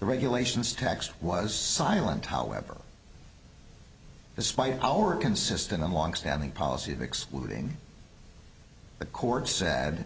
the regulations tax was silent however despite our consistent and long standing policy of excluding the court said